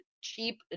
cheap